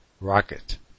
rocket